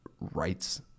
rights